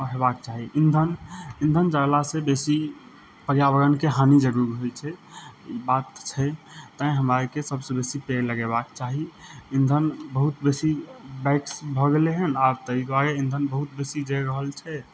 होयबाक चाही ईन्धन ईन्धन जा बेसी पर्यावरणके हानि जरूर होइ छै बात छै तैॅं हमरा आरके सबसे बेसी पेड़ लगेबाक चाही ईंधन बहुत बेसी बाइक भऽ गेलैया हन आब ताहि दुआरे ईंधन बहुत बेसी जा रहल छै